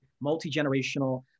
multi-generational